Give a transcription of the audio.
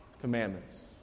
Commandments